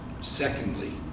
Secondly